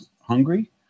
hungry